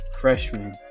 freshman